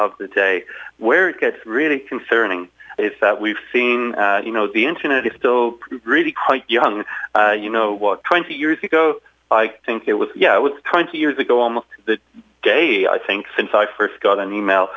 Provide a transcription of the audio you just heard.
of the day where it gets really concerning is that we've seen you know the internet is still really quite young you know what twenty years ago i think it was yeah it was twenty years ago almost to the day i think since i first got an e mail